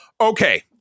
okay